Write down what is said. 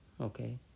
okay